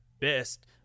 best